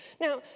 Now